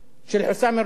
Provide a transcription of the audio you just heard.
של חוסאם רוואדי